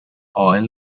oil